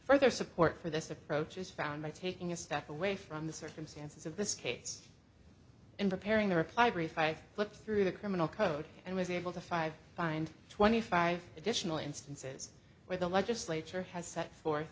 further support for this approach is found by taking a step away from the circumstances of the skates in preparing the reply brief i flipped through the criminal code and was able to five find twenty five additional instances where the legislature has set forth